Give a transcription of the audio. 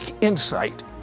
insight